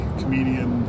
comedian